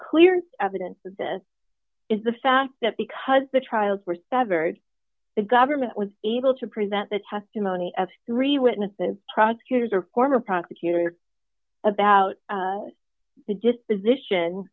clear evidence that this is the fact that because the trials were severed the government was able to prevent the testimony of three witnesses prosecutors are former prosecutor about the disposition